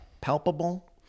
palpable